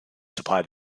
supply